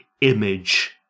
image